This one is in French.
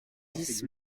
dix